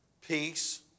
peace